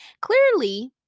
Clearly